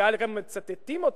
וגם מצטטים אותו.